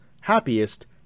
happiest